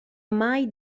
mai